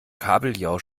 kabeljau